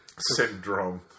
Syndrome